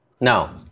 No